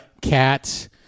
cats